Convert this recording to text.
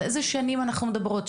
על איזה שנים אנחנו מדברות?